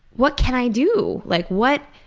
what can i do? like, what.